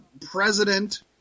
president